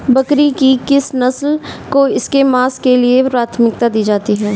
बकरी की किस नस्ल को इसके मांस के लिए प्राथमिकता दी जाती है?